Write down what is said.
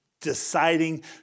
deciding